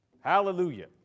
Hallelujah